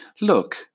LOOK